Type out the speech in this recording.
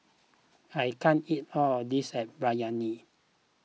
I can't eat all of this Biryani